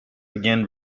again